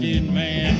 Man